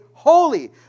holy